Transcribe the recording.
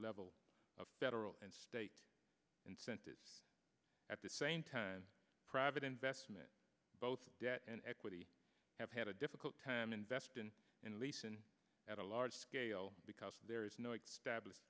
level of federal and state incentives at the same time private investment both debt and equity have had a difficult time investing in leeson at a large scale because there is no it stabs